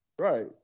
Right